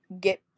get